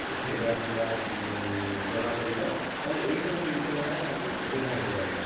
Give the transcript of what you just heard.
ଉଠାଇବା କିମ୍ବା ଜମା କରିବା ତା'ହେଲେ ଏହିସବୁ ଜିନିଷ ଗୁଡ଼ାକ ତାଙ୍କୁ ସୁବିଧା ହୋଇପାରନ୍ତା